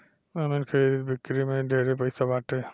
जमीन खरीद बिक्री में ढेरे पैसा बाटे